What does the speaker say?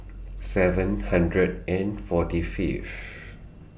seven hundred and forty Fifth